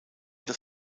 das